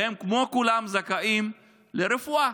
והם, כמו כולם, זכאים לרפואה.